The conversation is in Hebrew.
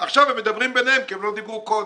עכשיו הם מדברים ביניהם כי הם לא דיברו קודם.